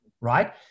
right